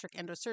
Endosurgery